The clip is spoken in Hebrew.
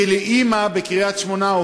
כי לאימא בקריית-שמונה,